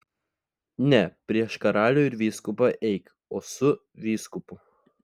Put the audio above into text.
ne prieš karalių ir vyskupą eik o su vyskupu